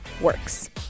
works